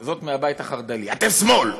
זאת מהבית החרד"לי, אתם שמאל,